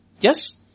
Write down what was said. Yes